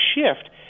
shift